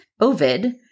Ovid